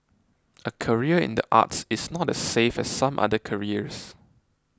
a career in the arts is not as safe as some other careers